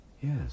Yes